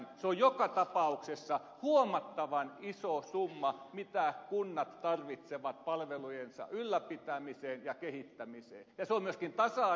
se on joka tapauksessa huomattavan iso summa mitä kunnat tarvitsevat palvelujensa ylläpitämiseen ja kehittämiseen ja se on myöskin tasa arvopolitiikkaa